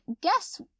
guess